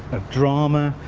of drama,